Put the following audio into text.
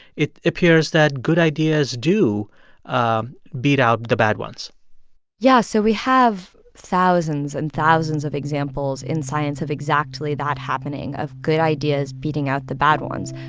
it appears that good ideas do um beat out the bad ones yeah, so we have thousands and thousands of examples in science of exactly that happening, of good ideas beating out the bad ones.